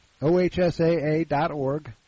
OHSAA.org